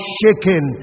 shaken